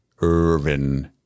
Irvin